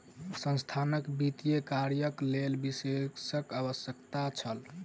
संस्थानक वित्तीय कार्यक लेल विशेषज्ञक आवश्यकता छल